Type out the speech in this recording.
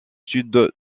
sud